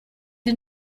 did